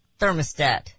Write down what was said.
thermostat